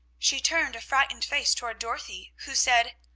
she turned a frightened face toward dorothy, who said,